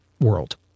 world